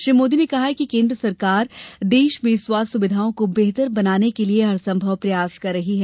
श्री मोदी ने कहा कि केन्द्र सरकार देश में स्वास्थ्य सुविधाओं को बेहतर बनाने के लिये हर संभव प्रयास कर रही है